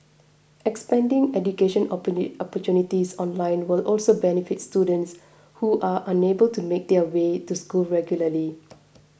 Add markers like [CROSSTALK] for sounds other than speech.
expanding education [UNINTELLIGIBLE] opportunities online will also benefit students who are unable to make their way to school regularly